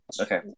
Okay